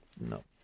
no